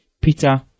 Peter